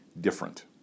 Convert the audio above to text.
different